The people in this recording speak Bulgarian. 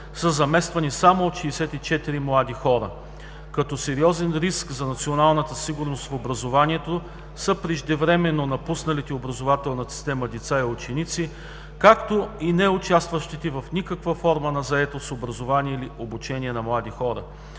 са замествани само от 64 млади хора. Като сериозен риск за националната сигурност в образованието са преждевременно напусналите образователната система деца и ученици, както и неучастващите в никаква форма на заетост, образование или обучение млади хора.